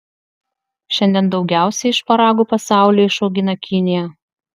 šiandien daugiausiai šparagų pasaulyje išaugina kinija